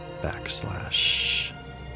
backslash